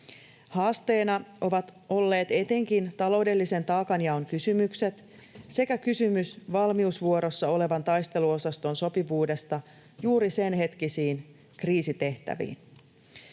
Haasteena ovat olleet etenkin taloudellisen taakanjaon kysymykset sekä kysymys valmiusvuorossa olevan taisteluosaston sopivuudesta juuri senhetkisiin kriisitehtäviin.